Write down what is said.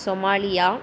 Somalia